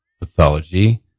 pathology